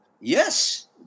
Yes